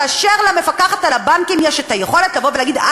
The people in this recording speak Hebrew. הם עשו מיליארדים כאשר הם הפסיקו את הביטוחים